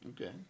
Okay